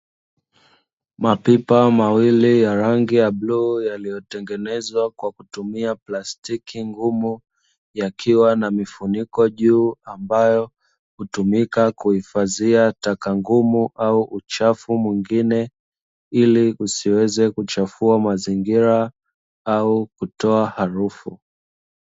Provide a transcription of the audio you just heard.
Mapipa mawili ya rangi ya bluu yaliyotengenezwa kwa kutumia plastiki ngumu yakiwa na mifuniko juu, ambayo hutumika kuhifadhia taka ngumu au uchafu mwingine ili usiweze kuchafua mazingira au kutoa harufu.